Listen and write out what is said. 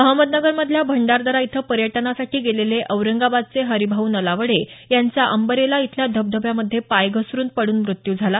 अहमदनगर मधल्या भंडारदरा इथं पर्यटनासाठी गेलेले औरंगाबादचे हरिभाऊ नलावडे यांचा अंबरेला इथल्या धबधब्यामध्ये पाय घसरुन पडून मृत्यू झाला